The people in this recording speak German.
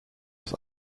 aus